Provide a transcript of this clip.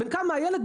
בן כמה הילד?